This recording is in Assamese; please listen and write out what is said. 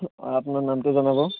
অঁ আপোনাৰ নামটো জনাব